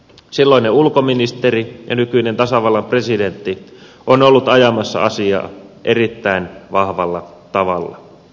silloinen ulkoministeri ja nykyinen tasavallan presidentti on ollut ajamassa asiaa erittäin vahvalla tavalla